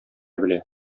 белә